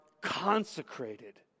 consecrated